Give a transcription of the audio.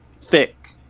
thick